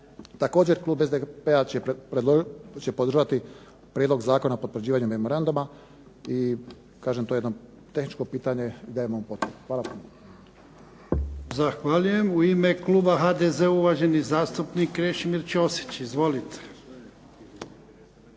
Također, klub SDP-a će podržati Prijedlog zakona o potvrđivanju memoranduma i kažem to je jedno tehničko pitanje i dajemo mu potporu. Hvala. **Jarnjak, Ivan (HDZ)** Zahvaljujem. U ime kluba HDZ-a, uvaženi zastupnik Krešimir Ćosić. Izvolite.